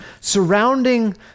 Surrounding